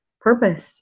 purpose